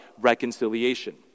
reconciliation